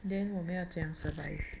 then 我们要怎样 survive